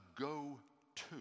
go-to